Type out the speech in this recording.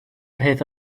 peth